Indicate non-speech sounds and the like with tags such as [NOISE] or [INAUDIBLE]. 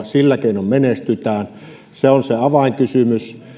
[UNINTELLIGIBLE] sillä keinoin menestytään se on se avainkysymys